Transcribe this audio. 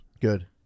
Good